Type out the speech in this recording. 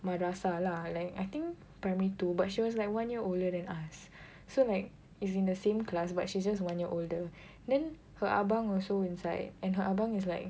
madrasah lah like I think primary two but she was like one year older than us so like is in the same class but she's just one year older then her abang also inside and her abang is like